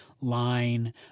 line